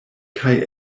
kaj